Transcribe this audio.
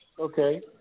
Okay